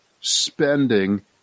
spending